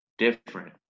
different